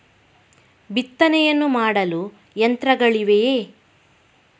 ಬಿತ್ತನೆಯನ್ನು ಮಾಡಲು ಯಂತ್ರಗಳಿವೆಯೇ?